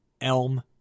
elm